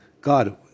God